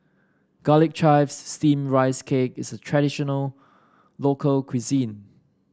Garlic Chives Steamed Rice Cake is a traditional local cuisine